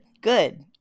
good